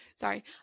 sorry